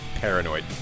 paranoid